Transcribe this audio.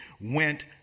went